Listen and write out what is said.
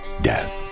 death